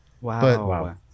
Wow